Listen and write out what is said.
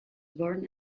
born